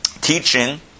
teaching